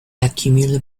accumule